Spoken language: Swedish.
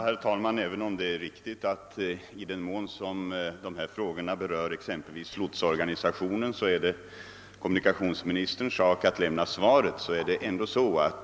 Herr talman! Det är riktigt att i den mån dessa frågor berör lotsorganisationen är det kommunikationsministerns sak att lämna ett svar.